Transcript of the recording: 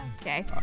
Okay